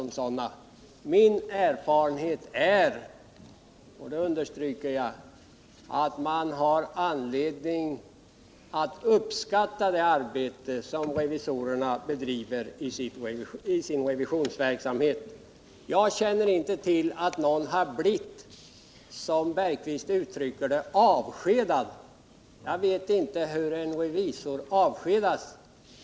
Min erfarenhet är den — och det understryker jag — att man har anledning att uppskatta det arbete som revisorerna utför i sin revisionsverksamhet. Jag känner inte till att någon har blivit, som Jan Bergqvist uttrycker det, avskedad. Jag vet inte hur en revisor avskedas.